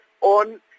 on